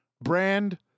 brand